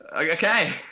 Okay